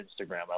Instagram